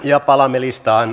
ja palaamme listaan